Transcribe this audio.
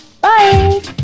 bye